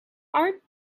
art